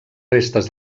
restes